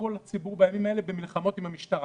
כל הציבור בימים האלה במלחמות עם המשטרה.